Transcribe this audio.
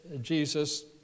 Jesus